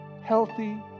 healthy